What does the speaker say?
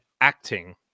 acting